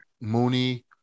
Mooney